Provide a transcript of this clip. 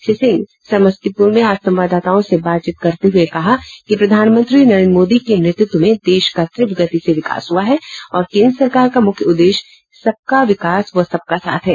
श्री सिंह समस्तीपुर ने आज संवाददाताओं से बातचीत करते हुए कहा कि प्रधानमंत्री नरेंद्र मोदी के नेतृत्व मे देश का तीव्र गति से विकास हुआ है और केन्द्र सरकार का मुख्य उद्वेश्य सबका विकास व सबका साथ है